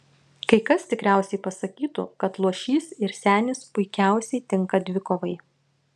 kai kas tikriausiai pasakytų kad luošys ir senis puikiausiai tinka dvikovai